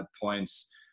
points